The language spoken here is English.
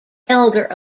elder